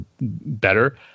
better